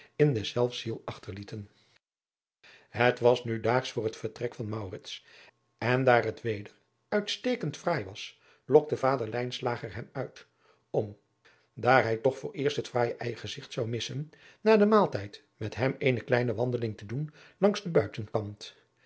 in deszelfs ziel achterlieten het was nu daags voor het vertrek van maurits en daar het weder uitstekend fraai was lokte vader lijnslager hem uit om daar hij toch voor eerst het fraaije ijgezigt zou missen na den maaltijd met hem eene kleine wandeling te doen langs den buitenkant